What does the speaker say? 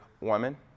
woman